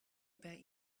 about